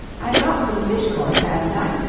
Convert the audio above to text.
i'd got to the fish course, hadn't i?